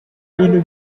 ibintu